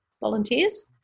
volunteers